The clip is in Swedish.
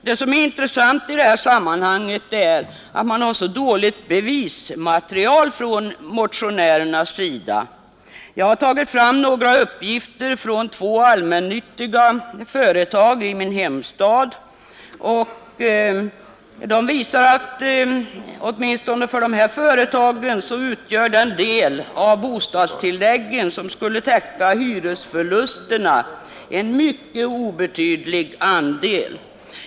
Det som är intressant i detta sammanhang är att man har så dåligt bevismaterial från motionärernas sida. Jag har tagit fram några uppgifter från två allmännyttiga företag i min hemstad och de visar att åtminstone för de företagen utgör den del av bostadstilläggen som skulle täcka hyresförlusterna en mycket obetydlig andel.